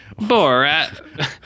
Borat